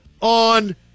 on